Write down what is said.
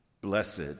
Blessed